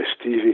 Stevie